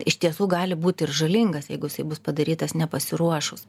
iš tiesų gali būti ir žalingas jeigu jisai bus padarytas nepasiruošus